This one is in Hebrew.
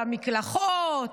למקלחות,